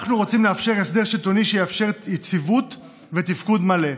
אנחנו רוצים לאפשר הסדר שלטוני שיאפשר יציבות ותפקוד מלא.